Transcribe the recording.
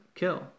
kill